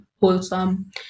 wholesome